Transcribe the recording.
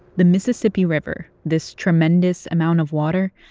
the mississippi river, this tremendous amount of water,